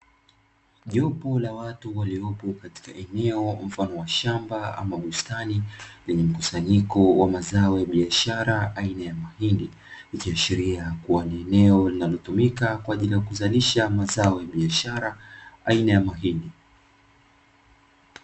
Jopo la watu waliopo katika eneo mfano wa shamba ama bustani lenye mkusanyiko wa mazao ya biashara aina ya mahindi. Ikiashiria kuwa ni eneo linalotumika kwa ajili ya kuzalisha mazao ya biashara aina ya mahindi.